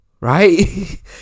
Right